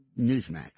Newsmax